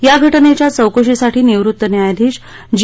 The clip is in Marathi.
या घटनेच्या चौकशीसाठी निवृत्त न्यायाधीश जी